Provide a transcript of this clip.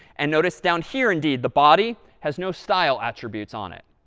and notice down here, indeed, the body has no style attributes on it.